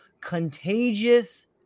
contagious